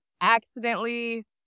accidentally